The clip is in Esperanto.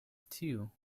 tiu